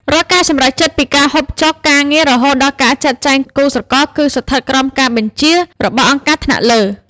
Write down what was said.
រាល់ការសម្រេចចិត្តពីការហូបចុក ការងារ រហូតដល់ការចាត់ចែងគូស្រករ គឺស្ថិតក្រោមការបញ្ជារបស់ «អង្គការថ្នាក់លើ»។